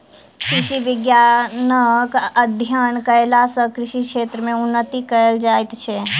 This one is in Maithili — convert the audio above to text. कृषि विज्ञानक अध्ययन कयला सॅ कृषि क्षेत्र मे उन्नति कयल जाइत छै